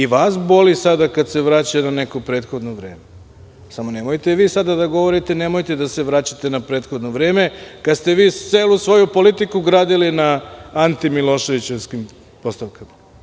I vas boli sada kada se vraća na neko prethodno vreme, samo nemojte vi sada da govorite – nemojte da se vraćate na prethodno vreme, kada ste vi celu svoju politiku gradili na antimiloševićevskim postavkama.